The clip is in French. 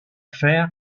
fer